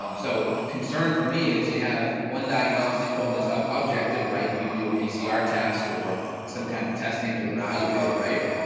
um so the concern for me is you have one diagnostic code that's ah objective, right? you do a pcr test or some kind of testing to evaluate it right.